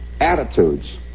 attitudes